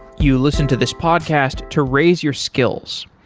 you listen to this podcast to raise your skills.